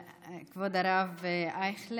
תודה רבה, כבוד הרב אייכלר.